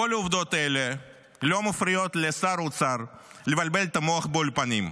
כל העובדות האלה לא מפריעות לשר האוצר לבלבל את המוח באולפנים.